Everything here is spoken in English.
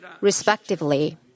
respectively